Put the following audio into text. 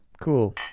Cool